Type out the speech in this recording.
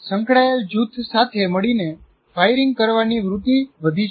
સંકળાયેલ જૂથ સાથે મળીને ફાયરિંગ કરવાની વૃત્તિ વધી છે